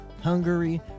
Hungary